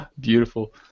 Beautiful